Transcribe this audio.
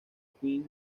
queen